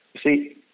see